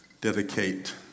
dedicate